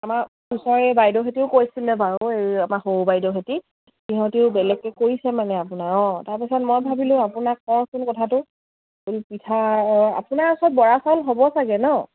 আমাৰ ওচৰে বাইদেউহঁতেও কৈছিলে বাৰু এই আমাৰ সৰু বাইদেউহঁতে সিহঁতিও বেলেগকে কৰিছে মানে আপোনাৰ অঁ তাৰপিছত মই ভাবিলোঁ আপোনাক কওচোন কথাটো বোলো পিঠা আপোনাৰ ওচৰত বৰা চাউল হ'ব চাগে ন